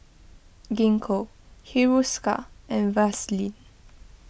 Gingko Hiruscar and Vaselin